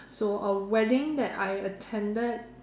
so a wedding that I attended